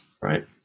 right